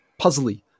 puzzly